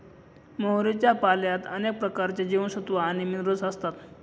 मोहरीच्या पाल्यात अनेक प्रकारचे जीवनसत्व आणि मिनरल असतात